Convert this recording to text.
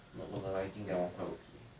note on the lighting that one quite okay